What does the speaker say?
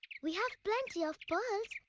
we have plenty of pearls.